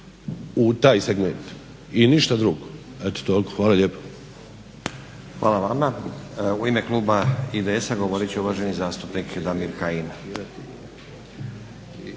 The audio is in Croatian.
u taj segment i ništa drugo, eto toliko. Hvala lijepo. **Stazić, Nenad (SDP)** Hvala vama. U ime kluba IDS-a govorit će uvaženi zastupnik Damir Kajin.